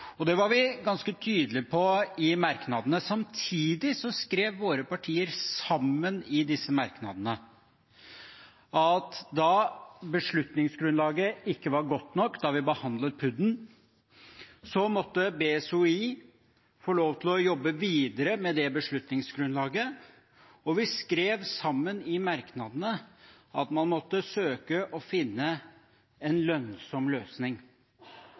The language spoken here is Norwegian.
ilandføring. Det var vi ganske tydelige på i merknadene. Samtidig skrev våre partier sammen i disse merknadene at da beslutningsgrunnlaget ikke var godt nok da vi behandlet PUD-en, måtte BSOI få lov til å jobbe videre med beslutningsgrunnlaget. Og vi skrev sammen i merknadene at man måtte søke å finne en lønnsom løsning.